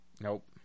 Nope